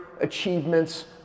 achievements